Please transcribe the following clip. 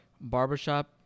barbershop